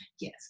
yes